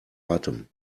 atem